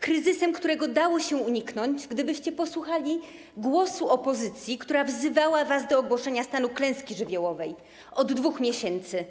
Kryzysem, którego dałoby się uniknąć, gdybyście posłuchali głosu opozycji, która wzywała was do ogłoszenia stanu klęski żywiołowej od 2 miesięcy.